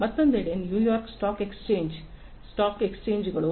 ಮತ್ತೊಂದೆಡೆ New York stock ಎಕ್ಸ್ಚೇಂಜ್ನಂತಹ stock ಎಕ್ಸ್ಚೇಂಜ್ಗಳು